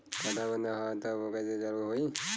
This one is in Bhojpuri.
खाता बंद ह तब कईसे चालू होई?